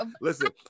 Listen